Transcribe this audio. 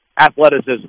athleticism